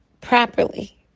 properly